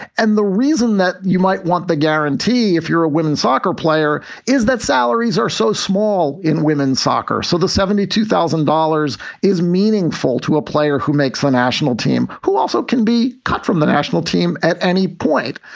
and the reason that you might want the guarantee if you're a women's soccer player is that salaries are so small in women's soccer. so the seventy two thousand dollars is meaningful to a player who makes the national team who also can be cut from the national team at any point.